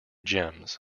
gems